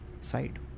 side